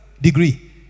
degree